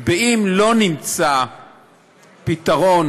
אם לא נמצא פתרון